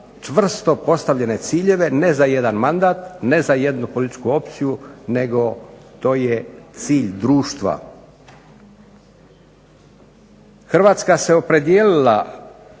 čvrsto postavljene ciljeve, ne za jedan mandat, ne za jednu političku opciju, nego to je cilj društva. Hrvatska se opredijelila